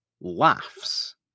laughs